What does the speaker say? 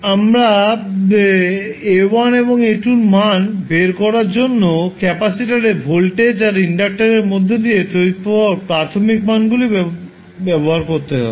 আমরা আবার A1 এবং A2 এর মান বের করার জন্য ক্যাপাসিটর এ ভোল্টেজ আর ইন্ডাক্টার এর মধ্য দিয়ে তড়িৎ প্রবাহ প্রাথমিক মানগুলি ব্যবহার করতে হবে